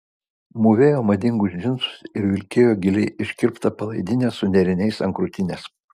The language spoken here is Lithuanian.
mūvėjo madingus džinsus ir vilkėjo giliai iškirptą palaidinę su nėriniais ant krūtinės